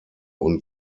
und